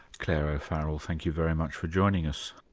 clare o'farrell, thank you very much for joining us.